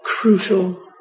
crucial